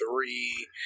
three